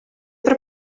per